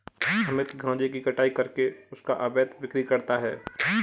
अमित गांजे की कटाई करके उसका अवैध बिक्री करता है